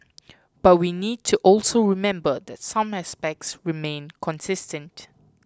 but we need to also remember that some aspects remain consistent